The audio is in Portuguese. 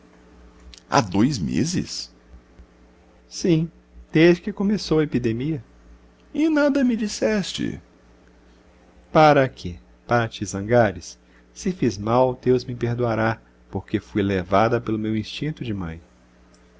há dois meses sim desde que começou a epidemia e nada me disseste para quê para te zangares se fiz mal deus me perdoará porque fui levada pelo meu instinto de mãe